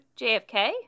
JFK